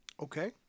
Okay